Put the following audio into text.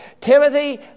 Timothy